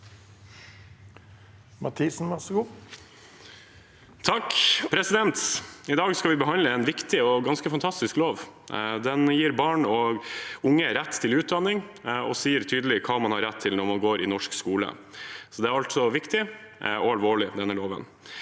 Mathisen (A) I dag skal vi be- handle en viktig og fantastisk lov. Den gir barn og unge rett til utdanning og sier tydelig hva man har rett til når man går i norsk skole. Så den er viktig og alvorlig, denne loven.